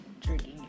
drinking